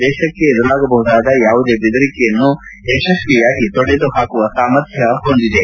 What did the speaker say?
ದೇಶಕ್ಷೆ ಎದುರಾಗಬಹುದಾದ ಯಾವುದೇ ದೆದರಿಕೆಯನ್ನು ಯಶಸ್ವಿಯಾಗಿ ತೊಡೆದುಹಾಕುವ ಸಾಮರ್ಥ್ಲ ಹೊಂದಿದೆ